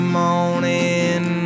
morning